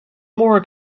more